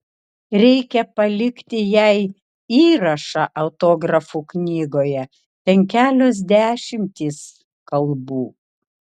reikia palikti jai įrašą autografų knygoje ten kelios dešimtys kalbų